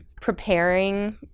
preparing